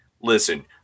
listen